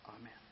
Amen